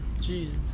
Jesus